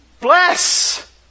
Bless